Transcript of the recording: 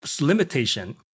limitation